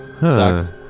Sucks